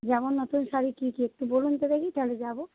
যেমন নতুন শাড়ি কী কী একটু বলুন তো দেখি তাহলে যাবো